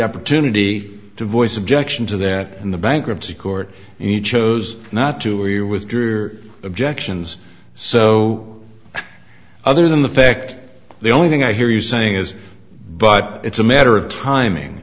opportunity to voice objection to that in the bankruptcy court and you chose not to we withdrew their objections so other than the fact the only thing i hear you saying is but it's a matter of timing